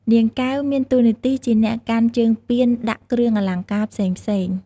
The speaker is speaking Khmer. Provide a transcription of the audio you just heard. នាងកែវ មានទួនាទីជាអ្នកកាន់ជើងពានដាក់គ្រឿងអលង្កាផ្សេងៗ។